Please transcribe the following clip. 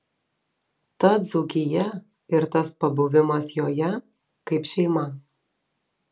ta dzūkija ir tas pabuvimas joje kaip šeima